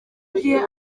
gihe